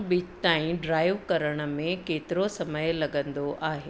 beach ताईं drive करण में केतिरो समय लॻंदो आहे